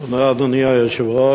אדוני היושב-ראש,